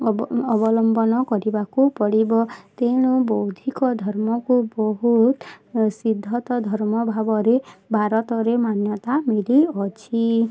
ଅବଲମ୍ବନ କରିବାକୁ ପଡ଼ିବ ତେଣୁ ବୌଦ୍ଧିକ ଧର୍ମକୁ ବହୁତ ସିଦ୍ଧତା ଧର୍ମ ଭାବରେ ଭାରତରେ ମାନ୍ୟତା ମିଳିଅଛି